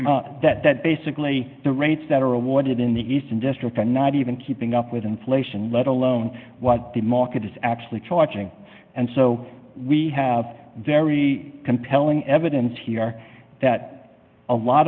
on that basically the rates that are awarded in the eastern district and not even keeping up with inflation let alone what the market is actually charging and so we have very compelling evidence here that a lot